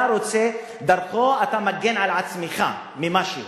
דרכו אתה מגן על עצמך ממשהו.